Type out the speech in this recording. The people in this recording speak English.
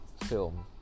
film